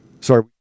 Sorry